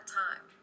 time